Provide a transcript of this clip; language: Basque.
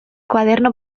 koaderno